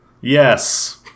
Yes